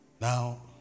Now